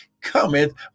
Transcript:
cometh